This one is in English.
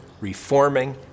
reforming